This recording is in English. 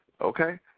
okay